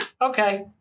Okay